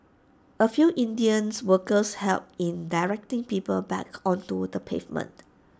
A few Indians workers helped in directing people back onto the pavement